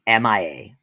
MIA